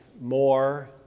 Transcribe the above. more